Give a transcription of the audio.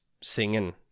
singing